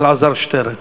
אלעזר שטרן.